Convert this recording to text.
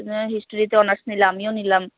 হ্যাঁ হিষ্ট্রিতে অনার্স নিলাম আমিও নিলাম